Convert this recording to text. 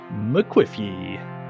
McQuiffy